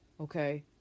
Okay